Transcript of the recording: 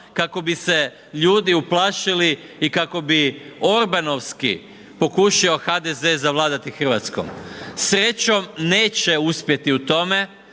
kako bi se ljudi uplašili i kako bi orbanovski pokušao HDZ zavladati Hrvatskom. Srećom neće uspjeti u tome